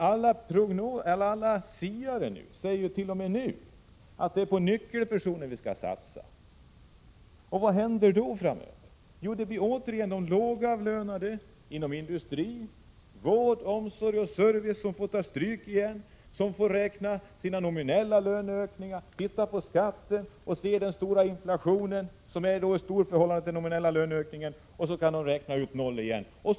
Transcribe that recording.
Alla siare säger t.o.m. redan nu att vi skall satsa på nyckelpersoner. Vad händer då framöver? Jo, det blir återigen de lågavlönade inom industri, vård, omsorg och service som får ta stryk. De får räkna sina nominella löneökningar, titta på skatten och se på den stora inflationen i förhållande till de nominella löneökningarna. De kan återigen räkna ut ett nollresultat.